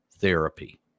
therapy